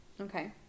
Okay